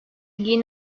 ilgiyi